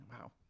wow